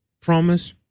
promise